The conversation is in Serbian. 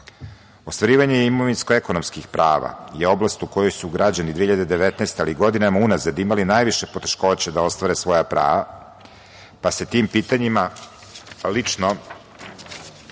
Ostvarivanje imovinsko-ekonomskih prava je oblast u kojoj su građani 2019. godine, ali i godinama unazad, imali najviše poteškoća da ostvare svoja prava, pa se tim pitanjima lično,